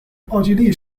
奥地利